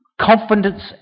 Confidence